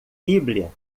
bíblia